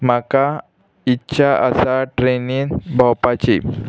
म्हाका इच्छा आसा ट्रेनीन भोंवपाची